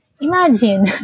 imagine